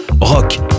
Rock